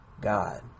God